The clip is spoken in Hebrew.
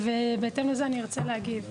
בהתאם לזה אני ארצה להגיב.